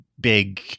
big